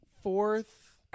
Fourth